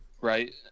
right